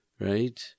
right